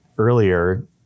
Earlier